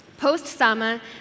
Post-Sama